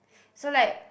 so like